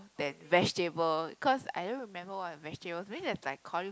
than vegetable cause I don't remember what vegetables maybe there's like cauli~